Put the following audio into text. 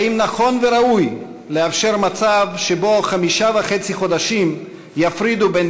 האם נכון וראוי לאפשר מצב שבו חמישה חודשים וחצי יפרידו בין